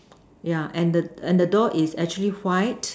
yeah and the and the door is actually white